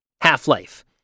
Half-life